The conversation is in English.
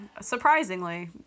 surprisingly